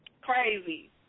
Crazy